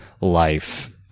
life